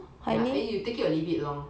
ya then you take it or leave it lor